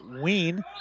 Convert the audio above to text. Ween